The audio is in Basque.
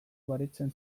baretzen